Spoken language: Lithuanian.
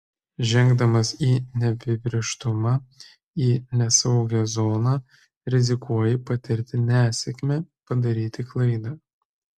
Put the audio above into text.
žengdamas į neapibrėžtumą į nesaugią zoną rizikuoji patirti nesėkmę padaryti klaidą